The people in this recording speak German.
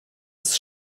ist